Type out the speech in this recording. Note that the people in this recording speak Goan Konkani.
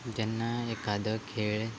जेन्ना एकादो खेळ